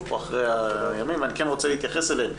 אני כן רוצה להתייחס אליהן,